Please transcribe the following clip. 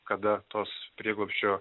kada tos prieglobsčio